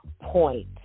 point